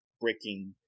breaking